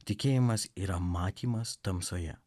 tikėjimas yra matymas tamsoje